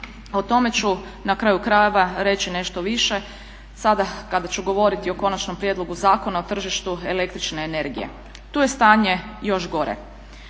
O tome ću na kraju krajeva reći nešto više kada ću govoriti o konačnom prijedlogu Zakona o tržištu električne energije. Tu je stanje još gore.